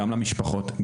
גם למשפחות,